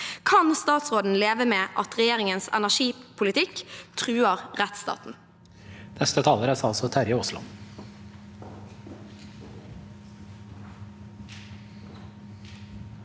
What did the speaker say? Kan statsråden leve med at regjeringens energipolitikk truer rettsstaten?